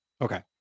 Okay